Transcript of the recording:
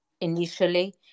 initially